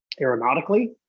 aeronautically